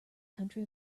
country